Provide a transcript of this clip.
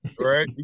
right